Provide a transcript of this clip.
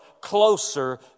closer